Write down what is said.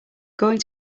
going